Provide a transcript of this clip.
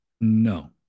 no